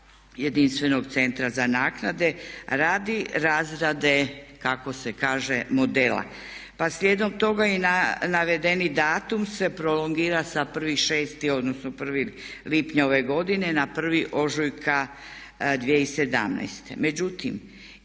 jedinstvenog centra za naknade radi razrade kako se kaže modela. Pa slijedom toga i navedeni datum se prolongira sa 1.6. odnosno 1. lipnja ove godine na 1. ožujka 2017.